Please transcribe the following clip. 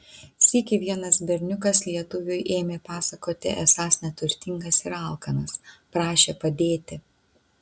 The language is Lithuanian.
sykį vienas berniukas lietuviui ėmė pasakoti esąs neturtingas ir alkanas prašė padėti